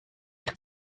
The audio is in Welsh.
eich